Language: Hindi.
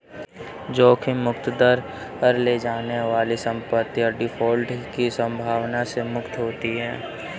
जोखिम मुक्त दर ले जाने वाली संपत्तियाँ डिफ़ॉल्ट की संभावना से मुक्त होती हैं